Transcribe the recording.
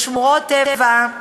לשמורות טבע,